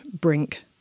brink